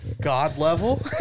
God-level